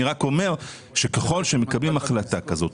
אני רק אומר שככל שמקבלים החלטה כזאת,